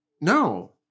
No